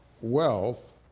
wealth